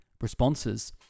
responses